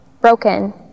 broken